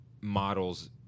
models